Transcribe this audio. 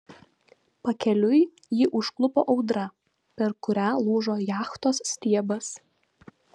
pakeliui jį užklupo audra per kurią lūžo jachtos stiebas